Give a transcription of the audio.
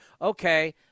okay